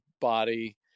body